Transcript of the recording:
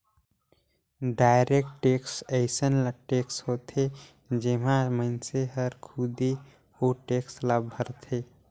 direct tax अइसन tax हर होथे जेम्हां मइनसे हर खुदे ओ टेक्स ल भरथे